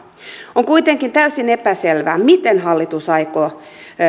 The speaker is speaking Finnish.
on kuitenkin täysin epäselvää miten hallitus aikoo